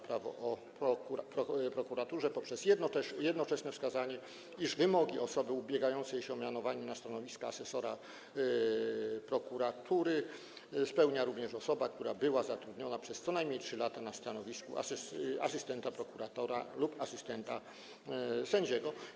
Prawo o prokuraturze poprzez jednoczesne wskazanie, iż wymogi dotyczące osoby ubiegającej się o mianowanie na stanowisko asesora prokuratury spełnia również osoba, która była zatrudniona przez co najmniej 3 lata na stanowisku asystenta prokuratora lub asystenta sędziego.